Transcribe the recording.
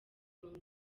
ngoma